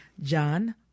John